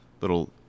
little